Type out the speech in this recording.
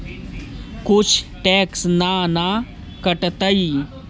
कुछ टैक्स ना न कटतइ?